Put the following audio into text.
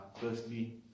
firstly